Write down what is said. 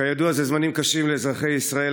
כידוע, אלה זמנים קשים לאזרחי ישראל.